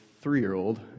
three-year-old